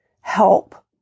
help